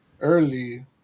early